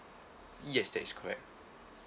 yes that is correct